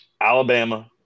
Alabama